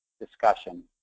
discussion